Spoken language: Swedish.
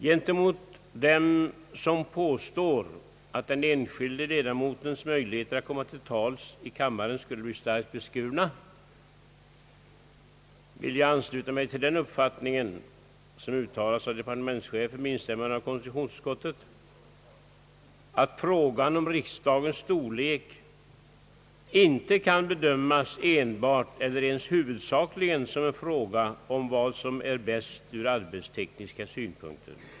Gentemot dem som påstår att den enskilde ledamotens möjligheter att komma till tals i kammaren skulle bli starkt beskurna vill jag ansluta mig till den uppfattning som uttalats av departementschefen — och med instämmande av konstitutionsutskottet — att frågan om riksdagens storlek inte kan bedömas enbart eller ens huvudsakligen som en fråga om vad som är bäst ur arbetstekniska synpunkter.